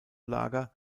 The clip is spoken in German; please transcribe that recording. lager